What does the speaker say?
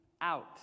out